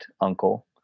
uncle